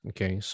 Okay